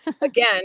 Again